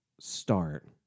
start